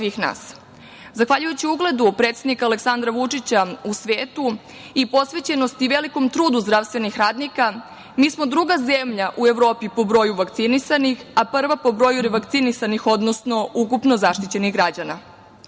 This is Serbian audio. Zahvaljujući ugledu predsednika Aleksandra Vučića u svetu i posvećenosti i velikom trudu zdravstvenih radnika, mi smo druga zemlja u Evropi po broju vakcinisanih, a prva po broju revakcinisanih, odnosno ukupno zaštićenih građana. Srbija